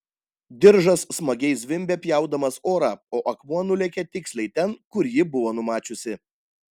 diržas smagiai zvimbė pjaudamas orą o akmuo nulėkė tiksliai ten kur ji buvo numačiusi